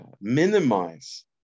minimize